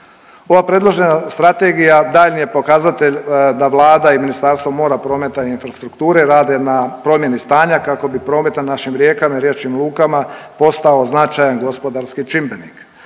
Ova predložena Strategija daljnji je pokazatelj da Vlada i Ministarstvo mora, prometa i infrastrukture rade na promjeni stanja kako bi promet na našim rijekama i riječnim lukama postao značajan gospodarski čimbenik.